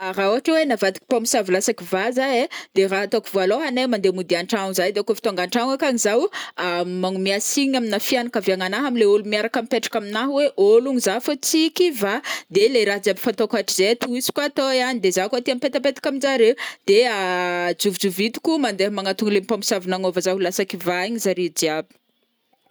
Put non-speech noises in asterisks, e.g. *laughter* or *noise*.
Rah ôhatra oe navadiky mpamosavy lasa kivà za ai, de rah atôko voalôhagny ai de mandeha mody antragno za ai de kô fa tônga antragno onkany zao de magnome signe amina fianakaviagnanà amle ôlo miaraka mipetraka aminà oe ôlogno zà fa tsy kivà de le raha jiaby fatôko hatrizay tohiziko atô iany de za koa te mipetapetaka aminjare de *hesitation* drovidrovitiko mandeha magnatogno le mpamosavy nagnôva za lasa ho kivà igny zare jiaby.